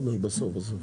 טוב, בסוף.